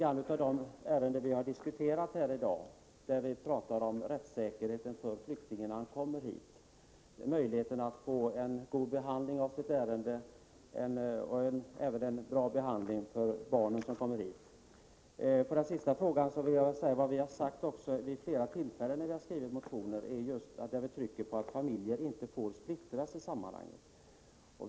Det är litet av detta vi har diskuterat i dag, när vi har talat om rättssäkerhet för flyktingar då de kommer hit. Det är viktigt att de får en korrekt behandling av sitt ärende och att också barnen som kommer hit får en bra behandling. På invandrarministerns senaste fråga vill jag svara att vi vid flera tillfällen i våra motioner har tryckt på att familjer inte får splittras i dessa sammanhang.